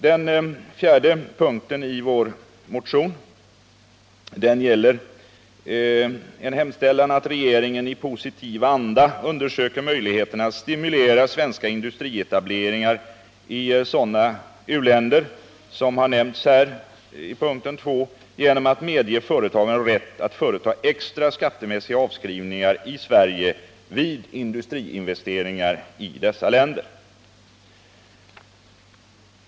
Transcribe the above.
Den fjärde punkten gäller en hemställan om att riksdagen uttalar sig för att regeringen i positiv anda undersöker möjligheterna att stimulera svenska industrietableringar i sådana u-länder som nämnts i punkten 2 genom att medge företagen rätt att företa extra skattemässiga avskrivningar i Sverige vid industriinvesteringar i dessa länder.